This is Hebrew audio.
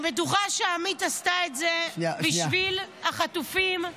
אני בטוחה שעמית עשתה את זה בשביל החטופים והחטופות.